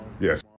Yes